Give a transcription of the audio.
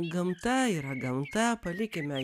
gamta yra gamta palikime